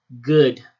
good